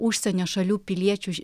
užsienio šalių piliečių